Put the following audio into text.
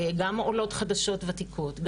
גם עולות חדשות וותיקות,